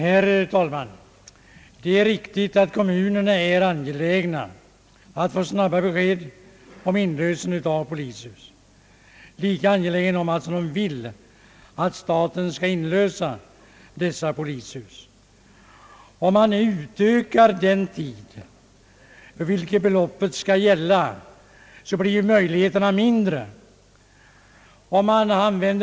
Herr talman! Det är riktigt att kommunerna är angelägna att få snabba besked om inlösen av polishus, lika angelägna som de är att staten skall inlösa dessa polishus, Om man utsträcker den tid, under vilken erläggandet av köpeskillingen skall ske, blir möjligheterna att inlösa mindre.